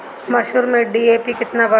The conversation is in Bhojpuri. मसूर में डी.ए.पी केतना पड़ी?